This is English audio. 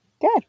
Good